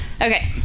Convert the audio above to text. okay